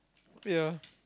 ya